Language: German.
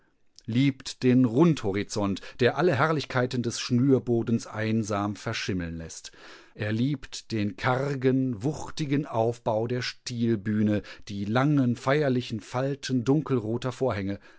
liebt den rundhorizont der alle herrlichkeiten des schnürbodens einsam verschimmeln läßt er liebt den kargen wuchtigen aufbau der stilbühne die langen feierlichen falten dunkelroter vorhänge